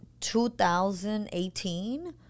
2018